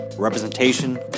representation